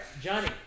Johnny